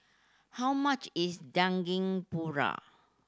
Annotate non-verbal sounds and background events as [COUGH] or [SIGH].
how much is [UNINTELLIGIBLE] paru